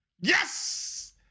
Yes